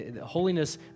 holiness